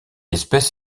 espèce